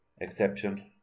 exception